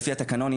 לפי התקנונים,